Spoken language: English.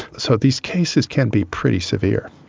so these cases can be pretty severe.